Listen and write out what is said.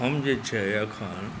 हम जे छै एखन